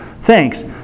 thanks